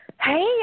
Hey